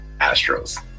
Astros